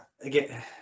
Again